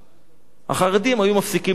החרדים היו מפסיקים לקנות "במבה"?